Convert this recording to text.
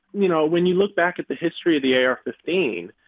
you know, when you look back at the history of the ar fifteen,